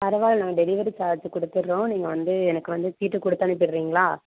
பரவாயில்லை நாங்கள் delivery charge கொடுத்துர்றோம் நீங்கள் வந்து எனக்கு வந்து சீட்டு கொடுத்து அனுப்புறீங்களா